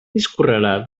discorrerà